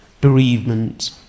Bereavement